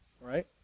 Right